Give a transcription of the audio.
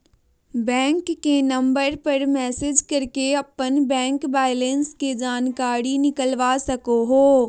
bank के number पर message करके अपन बैंक बैलेंस के जानकारी निकलवा सको हो